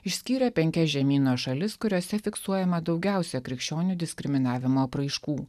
išskyrė penkias žemyno šalis kuriose fiksuojama daugiausia krikščionių diskriminavimo apraiškų